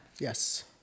Yes